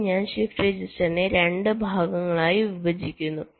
ഇത് ഞാൻ ഷിഫ്റ്റ് രജിസ്റ്ററിനെ 2 ഭാഗങ്ങളായി വിഭജിക്കുന്നു